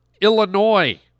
Illinois